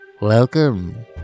Welcome